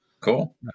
Cool